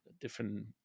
different